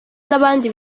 n’abandi